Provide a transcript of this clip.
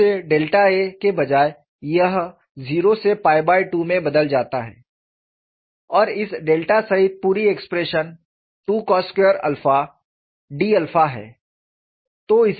0 से a के बजाय यह 0 से 2 में बदल जाता है और इस डेल्टा सहित पूरी एक्सप्रेशन 2cos2 d है